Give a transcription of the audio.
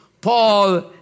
Paul